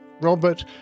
Robert